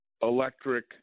electric